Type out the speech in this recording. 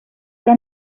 der